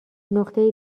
نقطه